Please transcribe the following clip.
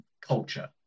culture